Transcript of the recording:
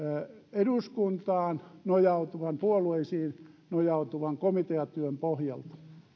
eduskuntaan nojautuvan puolueisiin nojautuvan komiteatyön pohjalta